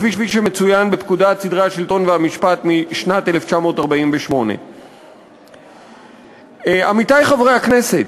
כפי שמצוין בפקודת סדרי השלטון והמשפט משנת 1948. עמיתי חברי הכנסת,